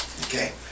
Okay